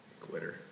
Quitter